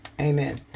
Amen